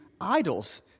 Idols